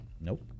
Nope